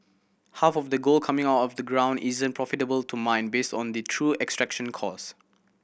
half of the gold coming out of the ground isn't profitable to mine based on the true extraction cost